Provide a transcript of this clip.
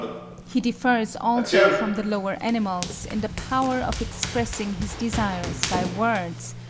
he differs also from the lower animals in the power of expressing his desires by words,